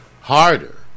harder